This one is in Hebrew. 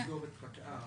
לסגור את פקע"ר,